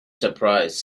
surprise